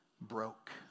broke